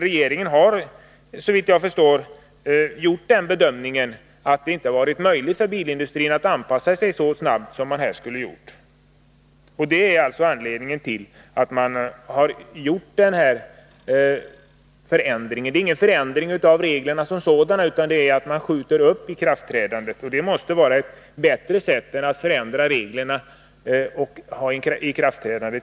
Regeringen har, såvitt jag förstår, gjort bedömningen att det inte har varit möjligt för bilindustrin att anpassa sig så snabbt som det varit önskvärt. Detta är bakgrunden, men det rör sig inte om någon ändring av reglerna som sådana utan om ett uppskjutande av ikraftträdandet. Detta måste vara bättre än att ändra reglerna för att få ett tidigare ikraftträdande.